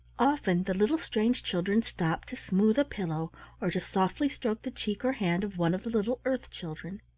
often the little strange children stopped to smooth a pillow or to softly stroke the cheek or hand of one of the little earth children.